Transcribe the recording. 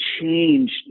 changed